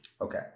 Okay